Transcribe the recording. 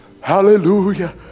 Hallelujah